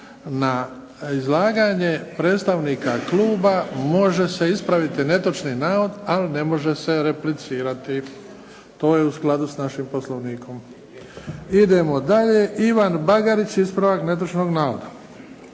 na izlaganje predstavnika kluba može se ispraviti netočni navod ali ne može se replicirati, to je u skladu s našim Poslovnikom. Idemo dalje. Ivan Bagarić ispravak netočnog navoda.